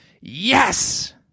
Yes